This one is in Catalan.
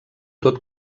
tot